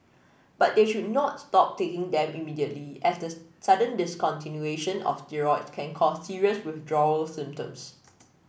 but they should not stop taking them immediately as the sudden discontinuation of steroids can cause serious withdrawal symptoms